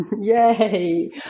Yay